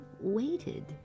waited